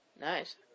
Nice